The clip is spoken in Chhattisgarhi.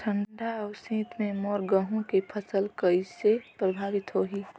ठंडा अउ शीत मे मोर गहूं के फसल कइसे प्रभावित होही?